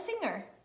singer